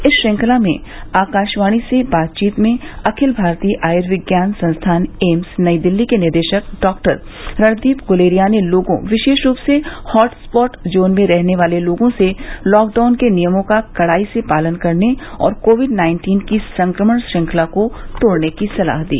इस श्रंखला में आकाशवाणी से बातचीत में अखिल भारतीय आयुर्विज्ञान संस्थान एम्स नई दिल्ली के निदेशक डॉक्टर रणदीप गुलेरिया ने लोगों विशेष रूप से हॉट स्पॉट जोन में रहने वाले लोगों से लॉकडाउन के नियमों का कड़ाई से पालन करने और कोविड नाइन्टीन की संक्रमण श्रृंखला तोड़ने की सलाह दी